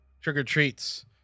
trick-or-treats